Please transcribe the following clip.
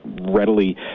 readily